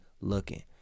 looking